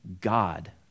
God